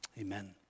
Amen